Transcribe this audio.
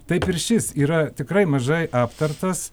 taip ir šis yra tikrai mažai aptartas